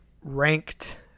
ranked